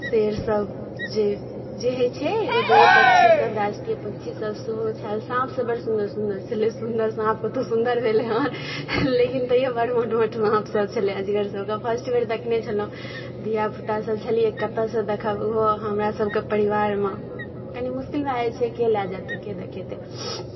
शेरसभ जे जे होइत छै एगो दूगो पक्षीसभ राष्ट्रीय पक्षीसभ सेहो छल साँपसभ बड़ सुन्दर सुन्दर छलय सुन्दर साँप कतहु सुन्दर भेलै हेँ लेकिन तैओ बड़ मोट मोट साँपसभ छलय अजगरसभके फर्स्ट बेर देखने छलहुँ धियापुतासभ छलियै कतयसँ देखब ओहो हमरासभके परिवारमे कनि मुश्किल भए जाइ छै के लए जेतै के देखेतै